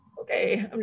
Okay